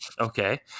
Okay